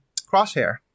Crosshair